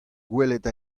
gwelet